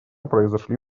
произошли